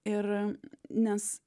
ir nes